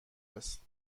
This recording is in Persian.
است